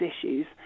issues